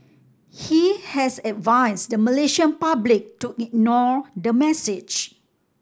he has advised the Malaysian public to ignore the message